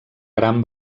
gran